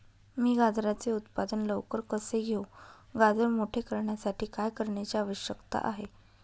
मी गाजराचे उत्पादन लवकर कसे घेऊ? गाजर मोठे करण्यासाठी काय करण्याची आवश्यकता आहे?